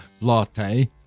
latte